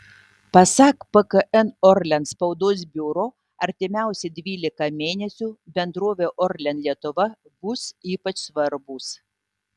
pasak pkn orlen spaudos biuro artimiausi dvylika mėnesių bendrovei orlen lietuva bus ypač svarbūs